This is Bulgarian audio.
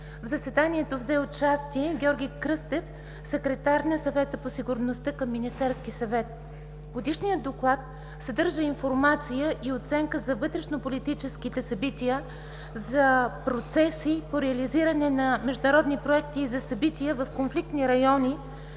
В заседанието взе участие Георги Кръстев, секретар на Съвета по сигурността към Министерския съвет. Годишният доклад съдържа информация и оценки за вътрешнополитическите събития, за процеси по реализиране на международни проекти и за събития в конфликтни райони